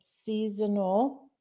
seasonal